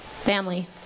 family